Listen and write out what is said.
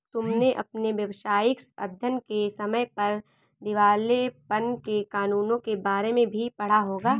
तुमने अपने व्यावसायिक अध्ययन के समय पर दिवालेपन के कानूनों के बारे में भी पढ़ा होगा